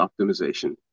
optimization